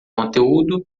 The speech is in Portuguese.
conteúdo